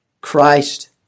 Christ